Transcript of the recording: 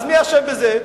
אז מי אשם בזה?